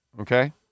Okay